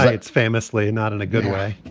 yeah it's famously not in a good way.